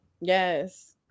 Yes